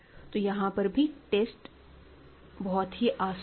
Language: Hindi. तो यहां पर भी टेस्ट बहुत ही आसान है